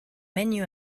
menu